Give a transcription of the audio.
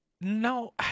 no